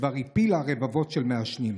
שכבר הפילה רבבות של מעשנים.